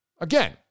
Again